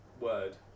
word